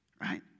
right